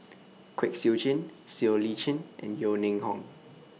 Kwek Siew Jin Siow Lee Chin and Yeo Ning Hong